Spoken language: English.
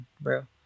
bro